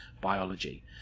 biology